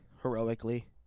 heroically